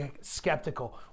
skeptical